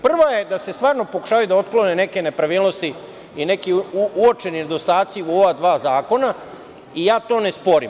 Prva je da se stvarno pokušavaju otkloniti neke nepravilnosti i neki uočeni nedostaci u ova dva zakona i ja to ne sporim.